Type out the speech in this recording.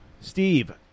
Steve